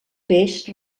peix